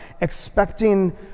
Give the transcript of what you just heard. expecting